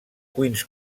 queens